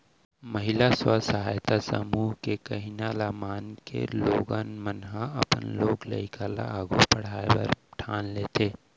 महिला स्व सहायता समूह मन के कहिना ल मानके लोगन मन ह अपन लोग लइका ल आघू पढ़ाय बर ठान लेथें